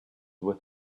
with